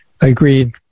agreed